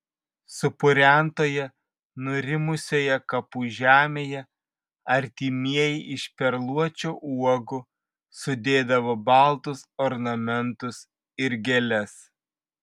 supurentoje nurimusioje kapų žemėje artimieji iš perluočio uogų sudėdavo baltus ornamentus ir gėles